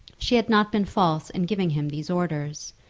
she had not been false in giving him these orders.